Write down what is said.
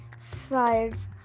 sides